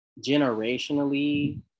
generationally